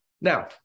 Now